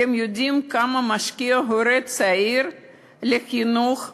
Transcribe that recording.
אתם יודעים כמה משקיע הורה צעיר בחינוך בחוגים?